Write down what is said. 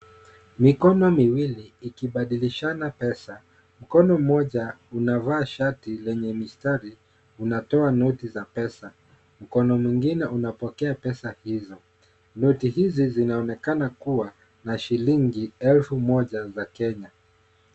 Mikono miwili ikibadilishana pesa. Mkono mmoja unavaa shati lenye mistari unatoa noti za pesa. Mkono mwingine unapokea noti hizo. Noti hizi zinaonekana kuwa na shilingi elfu moja za Kenya.